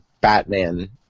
Batman